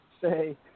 say